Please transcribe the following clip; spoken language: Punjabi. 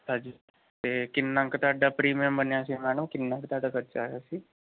ਅੱਛਾ ਜੀ ਅਤੇ ਕਿੰਨਾ ਕੁ ਤੁਹਾਡਾ ਪ੍ਰੀਮੀਅਮ ਬਣਿਆ ਸੀ ਮੈਡਮ ਕਿੰਨਾ ਕੁ ਤੁਹਾਡਾ ਖਰਚਾ ਆਇਆ ਸੀ